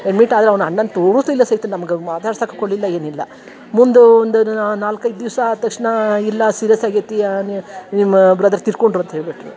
admit ಆದ್ರ ಅವ್ನ ಅಣ್ಣನ ತೋರುಸ್ಲಿಲ್ಲ ಸಹಿತ ನಮ್ಗ ಮಾತಾಡ್ಸಾಕೆ ಕೊಡಲಿಲ್ಲ ಏನಿಲ್ಲ ಮುಂದು ಒಂದು ದಿನ ನಾಲ್ಕೈದು ದಿವಸ ಆ ತಕ್ಷಣ ಇಲ್ಲ ಸೀರ್ಯಸ್ ಆಗ್ಯೈತಿ ನಿ ನಿಮ್ಮ ಬ್ರದರ್ ತಿರ್ಕೊಂಡರು ಅಂತ ಹೇಳ್ಬಿಟ್ಟರು